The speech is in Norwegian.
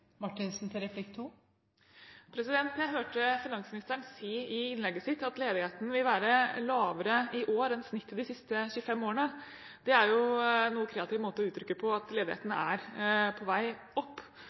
Jeg hørte finansministeren si i innlegget sitt at ledigheten vil være lavere i år enn snittet de siste 25 årene. Det er en noe kreativ måte å uttrykke det på at